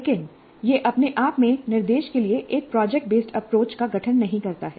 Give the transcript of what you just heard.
लेकिन यह अपने आप में निर्देश के लिए एक प्रोजेक्ट बेस्ड अप्रोच का गठन नहीं करता है